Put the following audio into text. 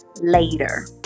Later